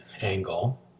angle